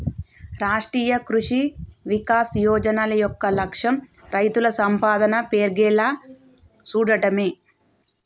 రాష్ట్రీయ కృషి వికాస్ యోజన యొక్క లక్ష్యం రైతుల సంపాదన పెర్గేలా సూడటమే